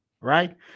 right